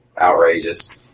outrageous